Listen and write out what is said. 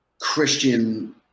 Christian –